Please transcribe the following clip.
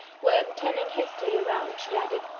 when, turning hastily round, she added,